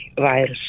virus